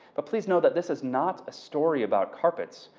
but please know that this is not a story about carpets.